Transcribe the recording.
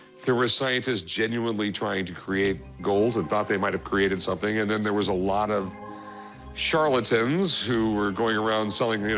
there were scientists genuinely trying to create gold and thought they might have created something. and then there was a lot of charlatans who were going around selling, you yeah